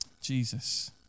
Jesus